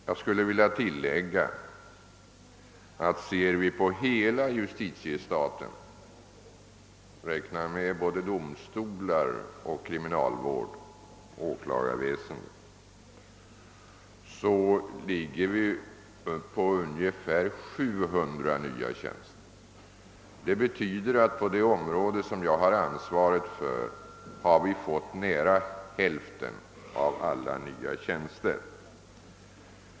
Jag skulle vilja tillägga att det, om vi ser på hela justitiestaten och räknar med såväl domstolar som kriminalvård och åklagarväsen, rör sig om ungefär 700 nya tjänster. Det innebär att det område jag har ansvaret för fått nära hälften av alla nya tjänster.